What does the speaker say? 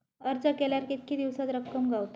अर्ज केल्यार कीतके दिवसात रक्कम गावता?